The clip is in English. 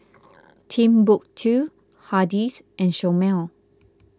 Timbuk two Hardy's and Chomel